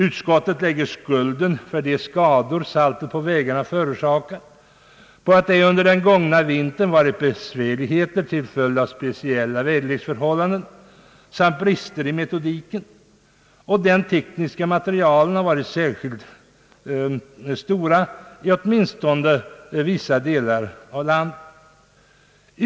Utskottet lägger skulden för de skador saltet på vägarna förorsakar på att det under den gångna vintern varit besvärligheter till följd av speciella väderleksförhållanden samt på brister i metodiken och den tekniska materielen, som varit särskilt stora i åtminstone vissa delar av landet.